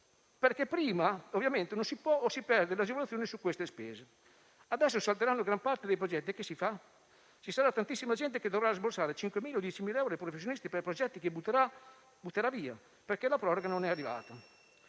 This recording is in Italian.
perché prima ovviamente non si può o si perde l'agevolazione su queste spese. Adesso salterà gran parte dei progetti e che si fa? Tantissima gente dovrà sborsare 5.000 o 10.000 euro ai professionisti per progetti che butterà via perché la proroga non è arrivata.